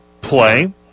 play